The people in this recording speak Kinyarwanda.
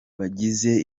bagize